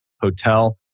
hotel